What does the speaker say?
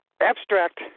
Abstract